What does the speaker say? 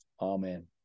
Amen